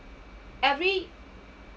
every